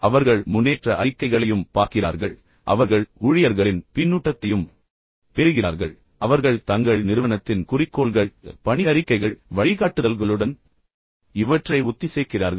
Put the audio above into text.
அவர்கள் முன்னேற்ற அறிக்கைகளையும் பார்க்கிறார்கள் பின்னர் அவர்கள் ஊழியர்களின் பின்னூட்டத்தையும் பெறுகிறார்கள் பின்னர் அவர்கள் தங்கள் நிறுவனத்தின் குறிக்கோள்கள் குறிக்கோள்கள் மற்றும் பணி அறிக்கைகள் மற்றும் வழிகாட்டுதல்களுடன் இவற்றை ஒத்திசைக்க முயற்சிக்கிறார்கள்